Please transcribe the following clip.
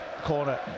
corner